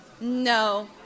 No